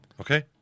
okay